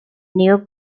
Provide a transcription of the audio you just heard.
now